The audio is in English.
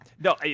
no